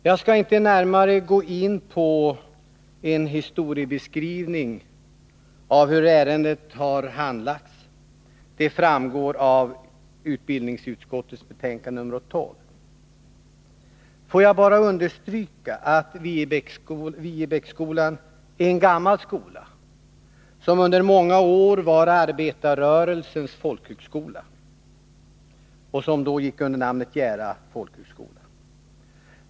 Jag skall inte närmare gå in på en historiebeskrivning av hur ärendet har handlagts. Det framgår av utbildningsutskottets betänkande nr 12. Får jag bara understryka att Viebäcksskolan är en gammal skola, som under många år var arbetarrörelsens folkhögskola och då gick under namnet Jära folkhögskola.